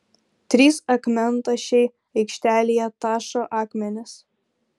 trys akmentašiai aikštelėje tašo akmenis